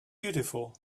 beautiful